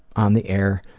on the air.